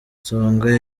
songa